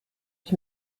ich